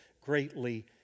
greatly